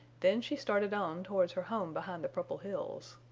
then she started on towards her home behind the purple hills.